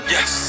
Yes